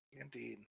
Indeed